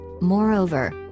Moreover